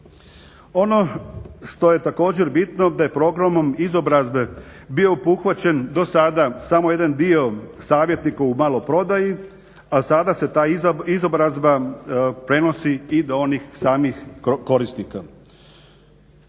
Ono što je također bitno da je programom izobrazbe bio obuhvaćen do sada samo jedan dio savjetnika u maloprodaji a sada se ta izobrazba prenosi i do onih samih korisnika.